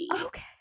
Okay